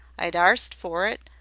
i'd arst for it,